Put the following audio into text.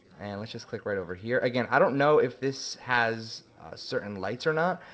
and let's just click right over here. again i don't know if this has certain lights or not,